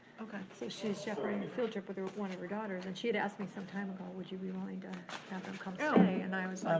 okay. so she's chaperoning the field trip with one of her daughters, and she had asked me some time ago, would you be willing to have them come stay. and i was